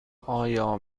آیا